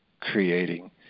creating